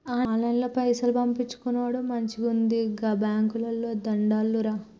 ఆన్లైన్ల పైసలు పంపిచ్చుకునుడు మంచిగున్నది, గా బాంకోళ్లకు దండాలురా